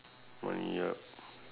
money ya